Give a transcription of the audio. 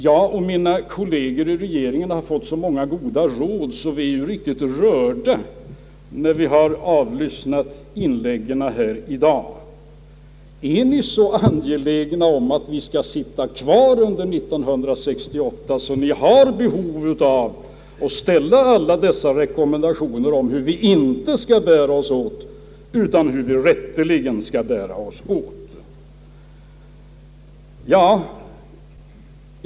Jag och mina kolleger i regeringen har fått så många goda råd, att vi blivit riktigt rörda när vi har lyssnat till inläggen här i dag. Är ni så angelägna om att vi skall sitta kvar under 1968, att ni känner behov av att ställa alla dessa rekommendationer om hur vi inte skall bära oss åt och hur vi skall bära oss åt?